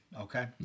okay